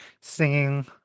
singing